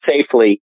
safely